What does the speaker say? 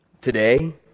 today